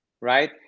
right